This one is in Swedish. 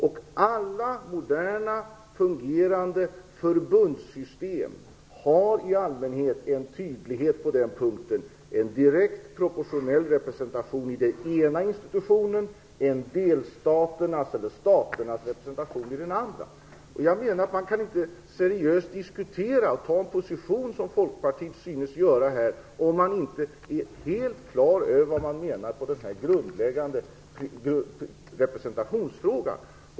Alla moderna fungerande förbundssystem har i allmänhet en tydlighet på den punkten; en direkt proportionell representation i den ena institutionen och en staternas representation i den andra. Man kan inte seriöst diskutera och inta en position, som Folkpartiet synes göra, om man inte är helt klar över vad man menar i den grundläggande representationsfrågan.